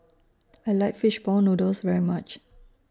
I like Fish Ball Noodles very much